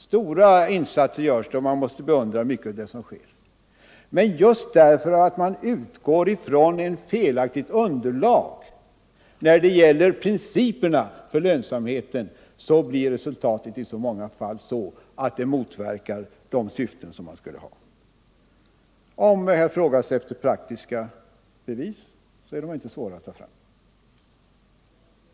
Stora insatser görs, och man måste beundra det som sker. Men just därför att man utgår från ett felaktigt underlag när det gäller principerna för lönsamheten blir resultatet i många fall att man motverkar sina syften. Om här frågas efter praktiska bevis, är sådana inte svåra att ta fram.